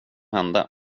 hände